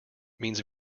means